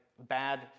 bad